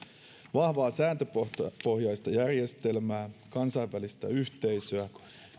vahvaa sääntöpohjaista järjestelmää kansainvälistä yhteisöä